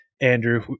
Andrew